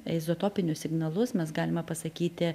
izotopinius signalus mes galime pasakyti